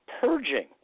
purging